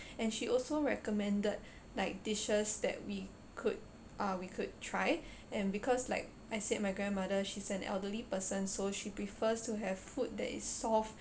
and she also recommended like dishes that we could uh we could try and because like I said my grandmother she's an elderly person so she prefers to have food that is soft